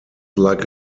like